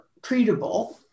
treatable